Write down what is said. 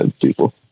people